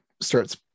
starts